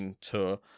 tour